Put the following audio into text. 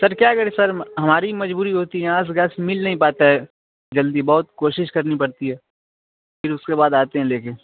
سر کیا کریں سر ہماری مجبوری ہوتی ہے یہاں سے گیس مل نہیں پاتا ہے جلدی بہت کوشش کرنی پڑتی ہے پھر اس کے بعد آتے ہیں لے کے